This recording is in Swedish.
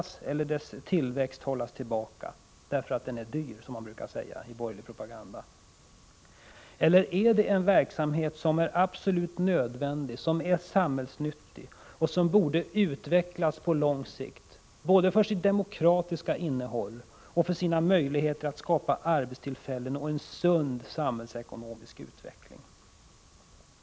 Eller skall den offentliga sektorns tillväxttakt hållas tillbaka därför att den, som man brukar säga i den borgerliga propagandan, är för dyr? Eller är det en verksamhet som är absolut nödvändig, som är samhällsnyttig och som borde utvecklas på lång sikt, både för sitt demokratiska innehåll och för sina möjligheter att skapa arbetstillfällen och en sund samhällsekonomisk utveckling?